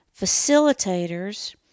facilitators